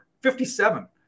57